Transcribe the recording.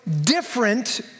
different